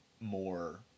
more